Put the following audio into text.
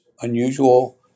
unusual